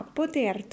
poter